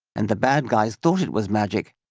and the bad guys thought it was magic,